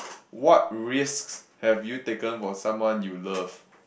what risks have you taken for someone you love